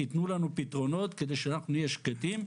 תתנו לנו פתרונות כדי שאנחנו שקטים,